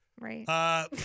Right